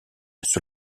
sur